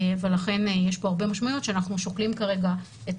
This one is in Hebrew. לכן יש כאן הרבה משמעויות שאנחנו שוקלים כרגע את